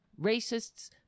Racists